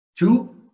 Two